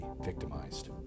victimized